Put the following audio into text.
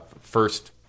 first